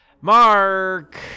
Mark